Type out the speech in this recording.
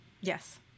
Yes